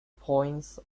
points